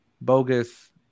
bogus